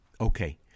Okay